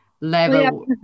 level